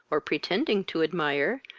or pretending to admire,